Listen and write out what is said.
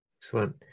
Excellent